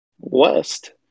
West